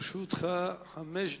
לרשותך חמש דקות.